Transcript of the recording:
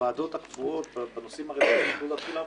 הוועדות הקבועות בנושאים האלה יוכלו להתחיל לעבוד.